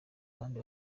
abandi